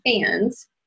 fans